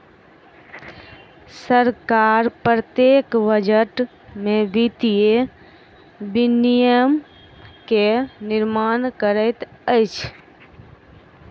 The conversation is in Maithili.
सरकार प्रत्येक बजट में वित्तीय विनियम के निर्माण करैत अछि